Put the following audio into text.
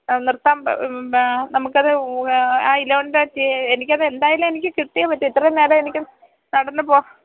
നിർത്താൻ നമുക്കത് ആ ഇലവൻറ്റെ എനിക്കത് എന്തായാലും എനിക്ക് കിട്ടിയേ പറ്റൂ ഇത്രയും നേരം എനിക്ക് നടന്നു പോവാൻ